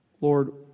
Lord